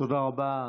תודה רבה.